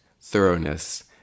thoroughness